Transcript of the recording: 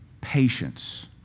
Patience